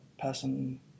person